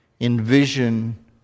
envision